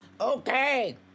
Okay